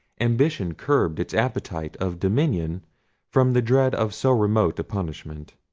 ambition curbed its appetite of dominion from the dread of so remote a punishment.